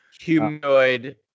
humanoid